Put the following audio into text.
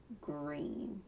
green